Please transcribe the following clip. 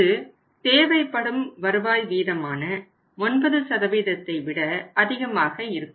இது தேவைப்படும் வருவாய் வீதமான 9ஐ விட அதிகமாக இருக்கும்